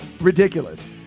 ridiculous